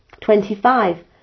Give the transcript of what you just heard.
Twenty-five